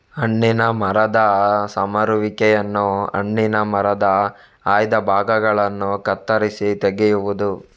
ಹಣ್ಣಿನ ಮರದ ಸಮರುವಿಕೆಯನ್ನು ಹಣ್ಣಿನ ಮರದ ಆಯ್ದ ಭಾಗಗಳನ್ನು ಕತ್ತರಿಸಿ ತೆಗೆಯುವುದು